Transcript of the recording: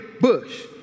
bush